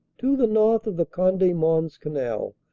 to the north of the conde mons canal,